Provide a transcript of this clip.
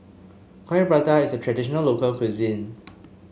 Coin Prata is a traditional local cuisine